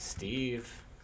Steve